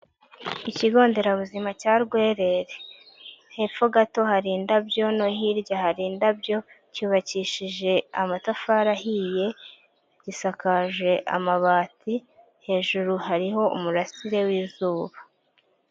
Ikigonderabuzima cya Rwerere hepfo gato hari indabyo no hirya hari indabyo cyubakishije amatafari ahiye, gisakaje amabati hejuru hariho umurasire w'izuba.